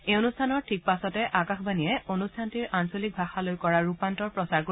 এই অনুষ্ঠানৰ ঠিক পাছতে আকাশবাণীয়ে অনুষ্ঠানটিৰ আঞ্চলিক ভাষালৈ কৰা ৰূপান্তৰ সম্প্ৰচাৰ কৰিব